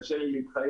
קשה לי להתחייב.